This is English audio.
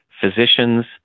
physicians